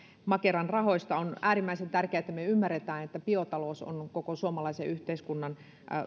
makeran rahoista on äärimmäisen tärkeää että me ymmärrämme että biotalous on koko suomalaisen yhteiskunnan